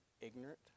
ignorant